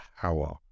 power